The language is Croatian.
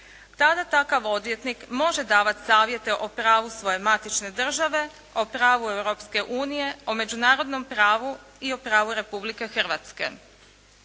Tada takav odvjetnik može davati savjete o pravu svoje matične države, o pravu Europske unije, o međunarodnom pravu i o pravu Republike Hrvatske.